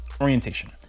orientation